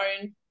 own